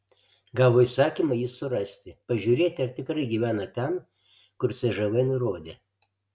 gavo įsakymą jį surasti pažiūrėti ar tikrai gyvena ten kur cžv nurodė